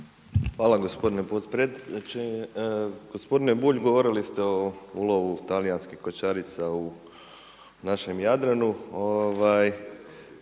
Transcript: Hvala gospodine potpredsjedniče. Gospodine Bulj govorili ste o ulovu talijnskih kočarica u našem Jadranu,